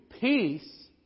peace